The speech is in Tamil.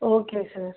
okay sir